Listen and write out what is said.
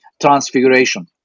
Transfiguration